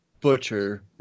butcher